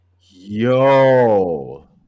Yo